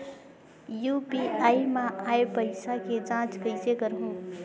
UPI मा आय पइसा के जांच कइसे करहूं?